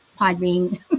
Podbean